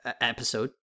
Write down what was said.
episode